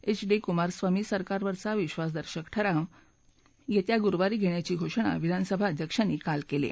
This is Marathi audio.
एच डी कुमारस्वामी सरकारवरचा विक्वासदर्शक ठराव येत्या गुरुवारी घेण्याची घोषणा विधानसभा अध्यक्षांनी काल केली आहे